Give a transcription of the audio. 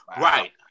Right